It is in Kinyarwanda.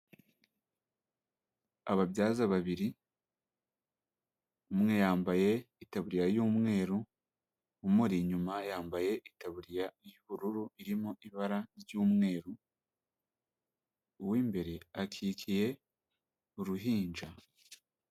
Ababyaza babiri, umwe yambaye itaburiya y'umweru, umuri inyuma yambaye itaburiya y'ubururu irimo ibara ry'umweru, uw'imbere akikiye uruhinja.